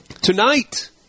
Tonight